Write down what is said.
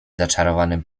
zaczarowanym